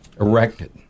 erected